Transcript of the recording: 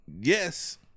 yes